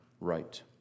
right